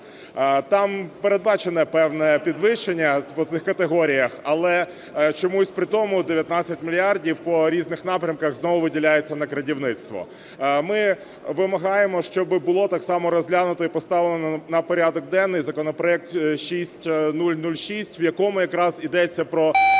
Там передбачене певне підвищення по цих категоріях, але чомусь при тому 19 мільярдів по різних напрямках знову виділяється на "крадівництво". Ми вимагаємо, щоби було так само розглянуто і поставлено на порядок денний законопроект 6006, в якому якраз ідеться про